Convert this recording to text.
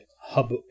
hub